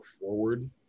forward